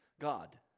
God